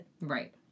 Right